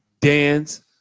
dance